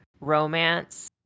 romance